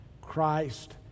Christ